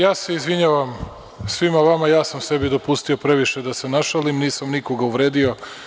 Ja se izvinjavam svima vama, ja sam sebi dopustio previše da se našalim, nisam nikoga uvredio.